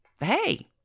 hey